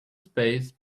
space